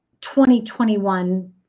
2021